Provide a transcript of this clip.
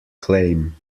claim